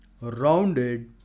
rounded